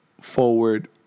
forward